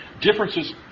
differences